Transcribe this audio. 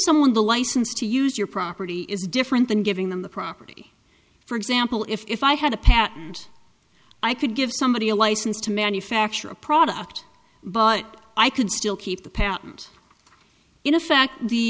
someone the license to use your property is different than giving them the property for example if i had a patent i could give somebody a license to manufacture a product but i could still keep the patent in a fact the